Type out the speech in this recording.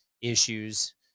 issues